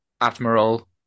Admiral